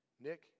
Nick